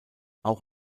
auch